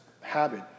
habit